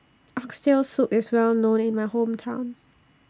Oxtail Soup IS Well known in My Hometown